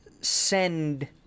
send